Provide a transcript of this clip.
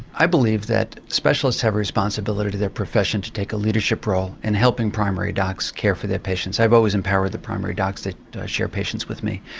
i believe that specialists have a responsibility to their profession to take a leadership role in helping primary doctors care for their patients. i've always empowered the primary docs that share patients with me.